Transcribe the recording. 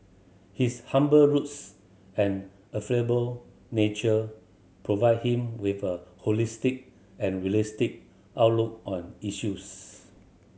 his humble roots and affable nature provide him with a holistic and realistic outlook on issues